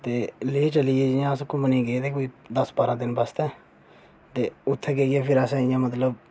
ते लेह् चली गे जियां अस घूमने गी गे ते कोई दस बारां दिन बास्तै ते उत्थे गेइयै फेर असें इयां मतलब